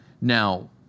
Now